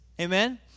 Amen